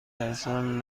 ترسم